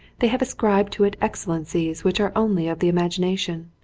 they have ascribed to it excellencies which are only of the imagination.